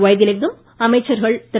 வைத்திலிங்கம் அமைச்சர்கள் திரு